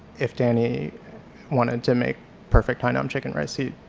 if danny wanted to make perfect hai nam chicken rice he,